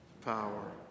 power